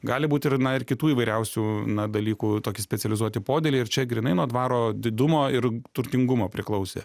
gali būti ir na ir kitų įvairiausių na dalykų tokie specializuoti podėliai ir čia grynai nuo dvaro didumo ir turtingumo priklausė